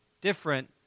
different